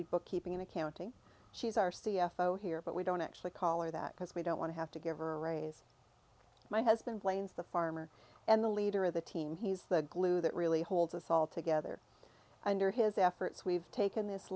d bookkeeping in accounting she's our c f o here but we don't actually color that because we don't want to have to give her a raise my husband blames the farmer and the leader of the team he's the glue that really holds us all together under his efforts we've taken this